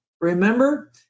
remember